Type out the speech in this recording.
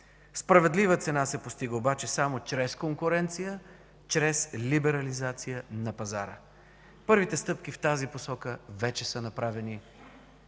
Справедлива цена се постига обаче само чрез конкуренция, чрез либерализация на пазара. Първите стъпки в тази посока вече са направени.